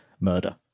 murder